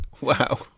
Wow